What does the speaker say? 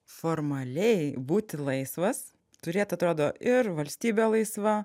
formaliai būti laisvas turėt atrodo ir valstybė laisva